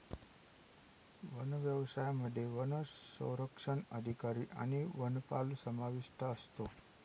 one व्यवसायामध्ये वनसंरक्षक अधिकारी आणि वनपाल समाविष्ट असतो